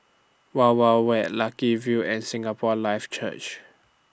Wild Wild Wet Lucky View and Singapore Life Church